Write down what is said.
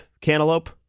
cantaloupe